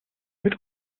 mit